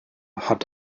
hat